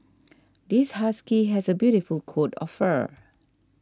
this husky has a beautiful coat of fur